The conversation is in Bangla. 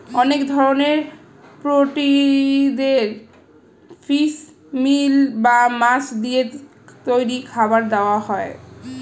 অনেক ধরনের পোল্ট্রিদের ফিশ মিল বা মাছ দিয়ে তৈরি খাবার দেওয়া হয়